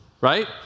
Right